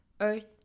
Earth